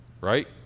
right